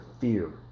fear